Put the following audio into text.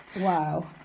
wow